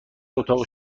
اتاق